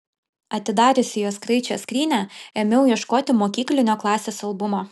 atidariusi jos kraičio skrynią ėmiau ieškoti mokyklinio klasės albumo